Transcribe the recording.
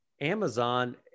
Amazon